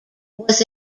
was